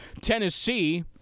Tennessee